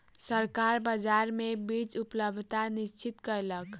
सरकार बाजार मे बीज उपलब्धता निश्चित कयलक